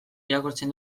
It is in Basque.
irakurtzen